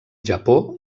japó